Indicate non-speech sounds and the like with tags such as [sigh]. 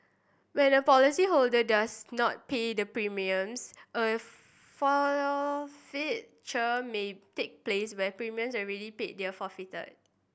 when a policyholder does not pay the premiums a forfeiture may take place where premiums already paid [unintelligible] forfeited